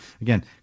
Again